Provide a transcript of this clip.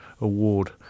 award